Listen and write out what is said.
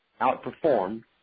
outperformed